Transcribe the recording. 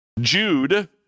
Jude